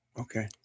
Okay